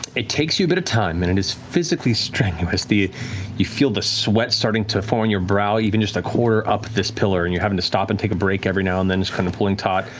it takes you a bit of time, and it is physically strenuous. you feel the sweat starting to form on your brow even just a quarter up this pillar, and you're having to stop and take a break every now and then just kind of pulling taut,